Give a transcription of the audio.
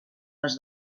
les